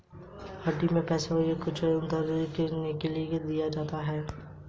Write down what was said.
हुंडी को पैसे या कुछ और उधार लेने के एक भरोसेमंद वादे के रूप में दिया जाता है